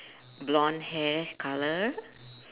blonde hair colour